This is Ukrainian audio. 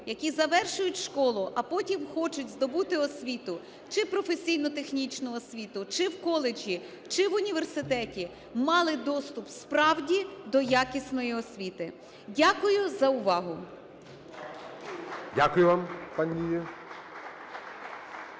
які завершують школу, а потім хочуть здобути освіту: чи професійно-технічну освіту, чи в коледжі, чи в університеті, - мали доступ справді до якісної освіти. Дякую за увагу. ГОЛОВУЮЧИЙ. Дякую вам, пані